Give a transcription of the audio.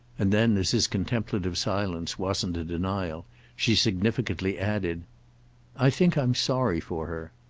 and then as his contemplative silence wasn't a denial she significantly added i think i'm sorry for her.